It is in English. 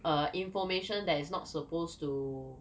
err information that is not suppose to